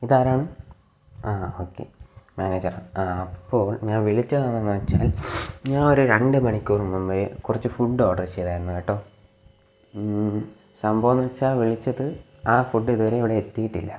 ഇതാരാണ് ആ okay manager അപ്പോള് ഞാന് വിളിച്ചതെന്താണെന്നു വെച്ചാല് ഞാന് ഒരു രണ്ടു മണിക്കൂര് മുൻപേ കുറച്ചു ഫുഡ് ഓര്ഡര് ചെയ്തായിരുന്നു കേട്ടോ സംഭവമെന്നു വെച്ചാൽ വിളിച്ചത് ആ ഫുഡ് ഇതുവരെയും ഇവിടെ എത്തിയിട്ടില്ല